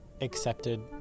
accepted